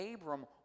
Abram